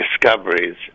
discoveries